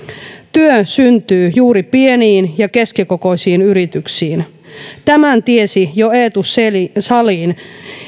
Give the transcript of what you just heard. työ syntyy juuri pieniin ja keskikokoisiin yrityksiin tämän tiesi jo eetu salin